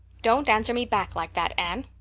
don't answer me back like that, anne.